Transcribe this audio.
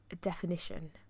definition